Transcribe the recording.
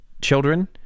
children